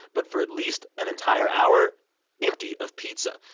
but for at least an entire hour empty of pizza.